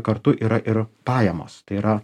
kartu yra ir pajamos tai yra